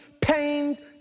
pains